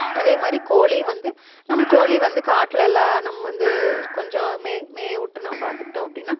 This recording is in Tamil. அதே மாதிரி கோழியும் வந்து நம்ம கோழி வந்து காட்டுலலாம் நம்ம வந்து கொஞ்சம் மேய மேய விட்டு நம்ம பார்த்துகிட்டோம் அப்படின்னா